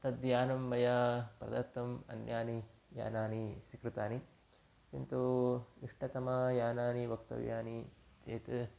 तद् यानं मया प्रदत्तम् अन्यानि यानानि स्वीकृतानि किन्तु इष्टतमानि यानानि वक्तव्यानि चेत्